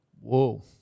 Whoa